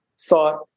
thought